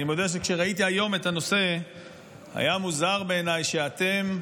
אני מודה שכשראיתי היום את הנושא היה מוזר בעיניי שאתם,